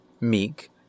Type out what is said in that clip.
meek